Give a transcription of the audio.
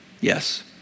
Yes